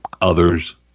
others